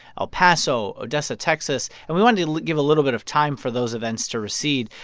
el paso, odessa, texas. and we wanted to give a little bit of time for those events to recede.